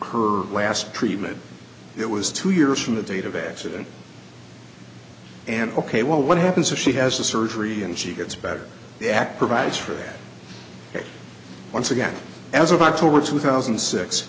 her last treatment it was two years from the date of the accident and ok well what happens if she has the surgery and she gets better act provides for it once again as of october two thousand